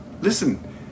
Listen